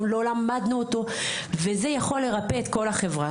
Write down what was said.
לא למדנו אותו וזה יכול לרפא את כל החברה,